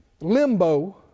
limbo